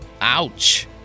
Ouch